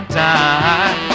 time